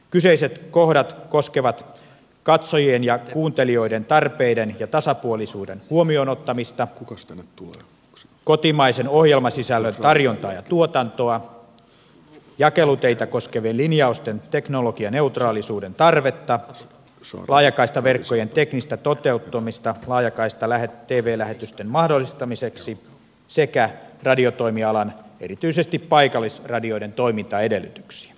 kyseiset kohdat koskevat katsojien ja kuuntelijoiden tarpeiden ja tasapuolisuuden huomioon ottamista kotimaisen ohjelmasisällön tarjontaa ja tuotantoa jakeluteitä koskevien linjausten teknologianeutraalisuuden tarvetta laajakaistaverkkojen teknistä toteuttamista laajakaista tv lähetysten mahdollistamiseksi sekä radiotoimialan erityisesti paikallisradioiden toimintaedellytyksiä